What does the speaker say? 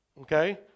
Okay